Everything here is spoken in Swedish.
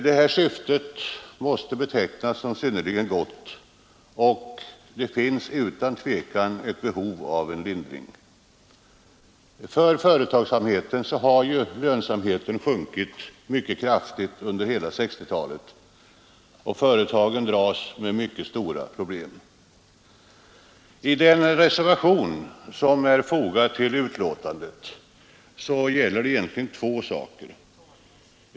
Det syftet måste betecknas som synnerligen gott; det finns utan tvivel behov av en lindring. Företagens lönsamhet har ju sjunkit mycket kraftigt under hela 1960-talet, och företagen dras med mycket stora problem. Den reservation som är fogad till betänkandet gäller egentligen två saker.